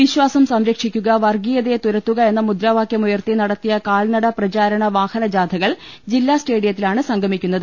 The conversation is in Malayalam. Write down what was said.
വിശ്വാസം സംരക്ഷിക്കുക വർഗീയതയെ തുരത്തുക എന്ന മുദ്രാവാക്യം ഉയർത്തി നടത്തിയ കാൽനട പ്രചാരണ വാഹന ജാഥകൾ ജില്ലാ സ്റ്റേഡിയത്തിലാണ് സംഗമിക്കുന്നത്